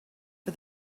for